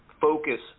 focus